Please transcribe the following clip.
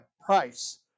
price